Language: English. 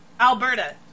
Alberta